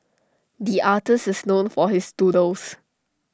the artist is known for his doodles